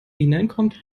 hineinkommt